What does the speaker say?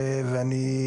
ואני,